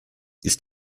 ist